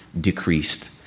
decreased